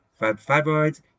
Fibroids